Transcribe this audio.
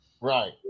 right